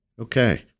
Okay